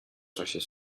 czasie